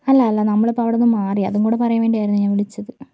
അല്ല അല്ല നമ്മളിപ്പോൾ അവിടെ നിന്ന് മാറി അതുംകൂടി പറയാൻ വേണ്ടിയായിരുന്നു ഞാൻ വിളിച്ചത്